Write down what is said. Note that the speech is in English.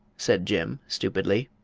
said jim, stupidly.